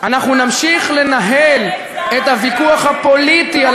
אנחנו נמשיך לפתח את ההתיישבות,